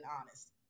honest